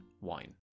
wine